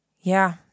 Yeah